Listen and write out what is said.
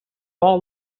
all